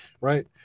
right